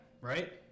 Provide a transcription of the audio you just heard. right